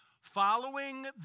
Following